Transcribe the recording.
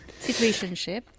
Situationship